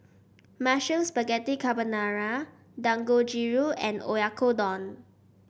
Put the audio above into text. Mushroom Spaghetti Carbonara Dangojiru and Oyakodon